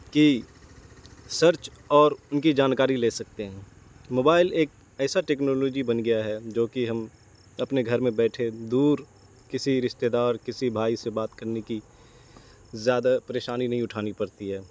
کی سرچ اور ان کی جانکاری لے سکتے ہیں موبائل ایک ایسا ٹیکنالوجی بن گیا ہے جو کہ ہم اپنے گھر میں بیٹھے دور کسی رشتے دار کسی بھائی سے بات کرنے کی زیادہ پریشانی نہیں اٹھانی پڑتی ہے